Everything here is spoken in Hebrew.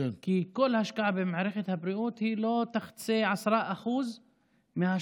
כי כל השקעה במערכת הבריאות היא לא תחצה 10% מההשלכות